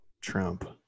Trump